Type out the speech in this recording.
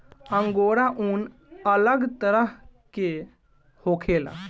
angora ऊन अलग तरह के होखेला